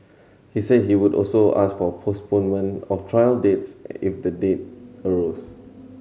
he said he would also ask for a postponement of trial dates if the day arose